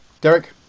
Derek